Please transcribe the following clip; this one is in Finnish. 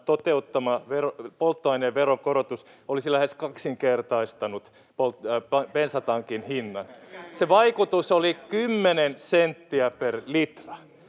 toteuttama polttoaineen veronkorotus olisi lähes kaksinkertaistanut bensatankin hinnan. Se vaikutus oli 10 senttiä per litra.